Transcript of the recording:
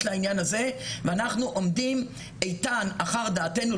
לעניין הזה ואנחנו עומדים איתן אחר דעתנו,